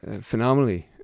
phenomenally